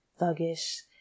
thuggish